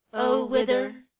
o whither,